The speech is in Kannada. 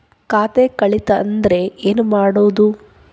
ಖಾತೆ ಕಳಿತ ಅಂದ್ರೆ ಏನು ಮಾಡೋದು?